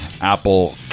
Apple